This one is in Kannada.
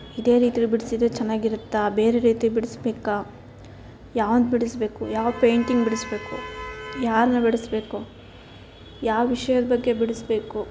ಇದೇ ರೀತಿಲಿ ಬಿಡಿಸಿದ್ರೆ ಚೆನ್ನಾಗಿರುತ್ತಾ ಬೇರೆ ರೀತಿ ಬಿಡಿಸ್ಬೇಕಾ ಯಾವ್ದು ಬಿಡಿಸ್ಬೇಕು ಯಾವ ಪೇಂಟಿಂಗ್ ಬಿಡಿಸ್ಬೇಕು ಯಾರನ್ನ ಬಿಡಿಸ್ಬೇಕು ಯಾವ ವಿಷಯದ ಬಗ್ಗೆ ಬಿಡಿಸ್ಬೇಕು